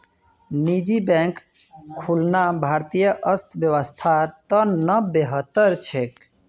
निजी बैंक खुलना भारतीय अर्थव्यवस्थार त न बेहतर छेक